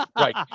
right